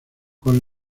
con